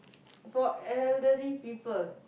for elderly people